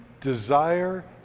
desire